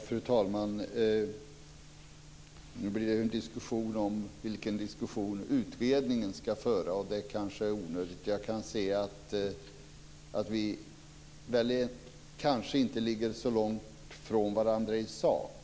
Fru talman! Nu blev det en diskussion om vilken diskussion utredningen ska föra, och det kanske är onödigt. Jag kan se att vi kanske inte ligger så långt ifrån varandra i sak.